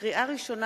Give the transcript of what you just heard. לקריאה ראשונה,